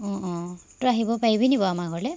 অঁ অঁ তই আহিব পাৰিবি নি বাৰু আমাৰ ঘৰলৈ